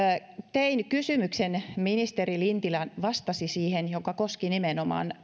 tein kysymyksen ministeri lintilä vastasi siihen mikä koski nimenomaan